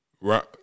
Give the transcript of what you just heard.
Right